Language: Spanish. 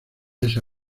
esa